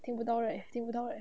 听不到 right 听不到 right